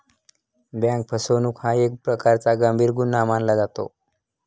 bank फसवणूक हा एक प्रकारचा गंभीर गुन्हा मानला जातो